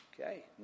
Okay